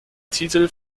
titel